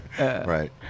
Right